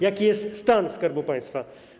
Jaki jest stan Skarbu Państwa.